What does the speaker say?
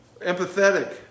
empathetic